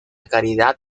caridad